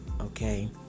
okay